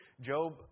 Job